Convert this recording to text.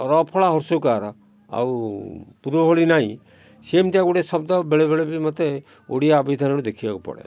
ର ଫଳା ହର୍ଷଉକାର ଆଉ ପୂର୍ବ ଭଳି ନାହିଁ ସେମିତିଆ ଗୋଟେ ଶବ୍ଦ ବେଳେବେଳେ ବି ମୋତେ ଓଡ଼ିଆ ଅଭିଧାନରୁ ଦେଖିବାକୁ ପଡ଼େ